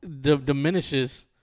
Diminishes